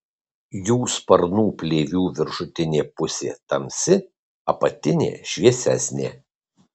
jų sparnų plėvių viršutinė pusė tamsi apatinė šviesesnė